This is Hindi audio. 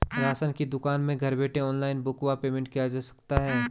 राशन की दुकान में घर बैठे ऑनलाइन बुक व पेमेंट किया जा सकता है?